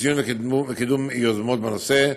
וקידום יוזמות בנושא.